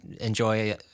enjoy